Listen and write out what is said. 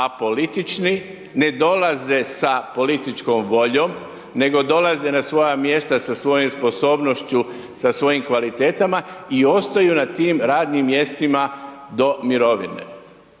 apolitični, ne dolazi sa političkom voljom, nego dolaze na svoja mjesta sa svojom sposobnošću, sa svojim kvalitetama i ostaju na tim radnim mjestima do mirovine